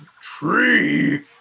Tree